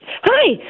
Hi